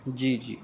جی جی